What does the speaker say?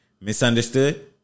Misunderstood